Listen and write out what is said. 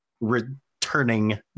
returning